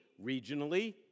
regionally